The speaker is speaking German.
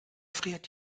friert